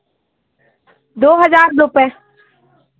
दो हज़ार रूपये